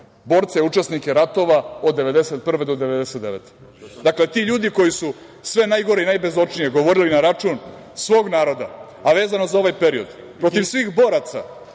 borce učesnike ratova od 1991. do 1999. godine. Dakle, ti ljudi koji su sve najgore i najbezočnije govorili na račun svog naroda, a vezano za ovaj period, protiv svih boraca